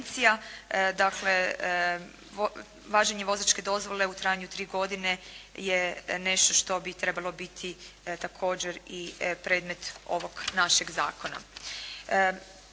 Dakle, važenje vozačke dozvole u trajanju 3 godine je nešto što bi trebalo biti također i predmet ovoga našega zakona.